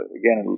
again